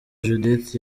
judith